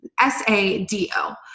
S-A-D-O